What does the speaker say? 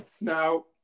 Now